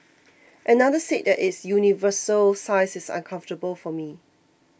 another said that its universal size is uncomfortable for me